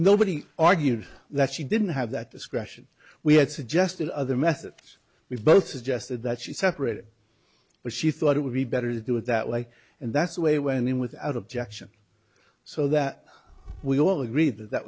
nobody argued that she didn't have that discretion we had suggested other methods we both suggested that she separated but she thought it would be better to do it that way and that's the way it went in without objection so that we all agreed that that